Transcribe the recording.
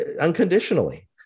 unconditionally